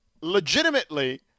legitimately